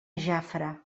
jafre